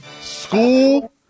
School